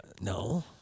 No